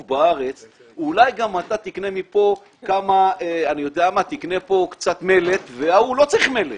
בארץ ואולי גם אתה תקנה מכאן קצת מלט כשההוא לא צריך מלט?